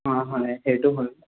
অঁ হয়নে সেইটো হয়